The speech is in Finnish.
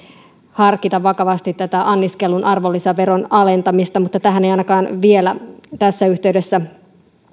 harkita vakavasti tätä anniskelun arvonlisäveron alentamista mutta tähän ei ainakaan vielä tässä yhteydessä